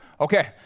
Okay